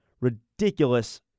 ridiculous